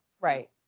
right